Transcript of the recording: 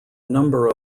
number